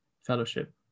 Fellowship